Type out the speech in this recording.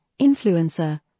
influencer